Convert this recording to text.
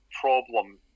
problem